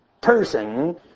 person